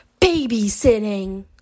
babysitting